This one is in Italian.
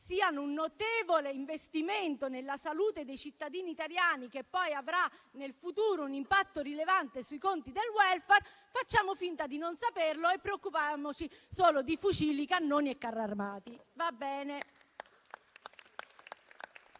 siano un notevole investimento nella salute dei cittadini italiani che avrà nel futuro un impatto rilevante sui conti del *welfare*, preoccupandoci solo di fucili, cannoni e carri armati. Va bene.